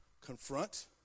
Confront